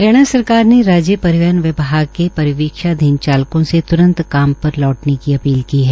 हरियाणा सरकार ने राज्य परिवहन विभाग के परिवीक्षाधीन चालकों से त्रंत काम पर लौटने की अपील की है